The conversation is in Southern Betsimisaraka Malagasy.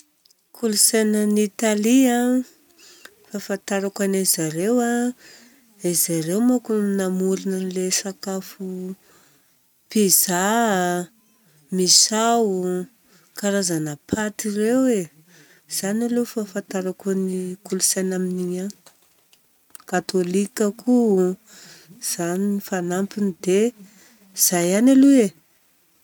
Kolontsainan'ny Italia a, fahafantarako anarizareo a, arizareo manko namorona an'ilay sakafo pizza, mine-sao, karazana paty ireo e. Izany aloha ny fahafantarako ny kolontsaina amin'igny agny. Katôlika koa, izany ny fanampiny dia izay ihany aloha e.